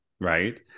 Right